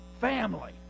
family